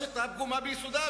השיטה פגומה מיסודה.